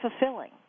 fulfilling